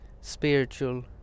spiritual